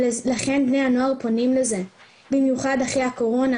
לכן בני הנוער פונים לזה, במיוחד אחרי הקורונה